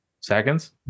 seconds